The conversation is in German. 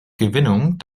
gewinnung